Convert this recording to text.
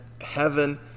heaven